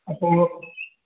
അപ്പോൾ